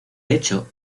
hecho